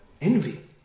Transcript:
Envy